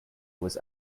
was